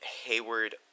Hayward